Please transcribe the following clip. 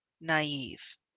naive